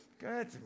Good